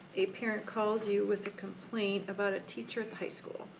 a parent calls you with a complaint about a teacher at the high school.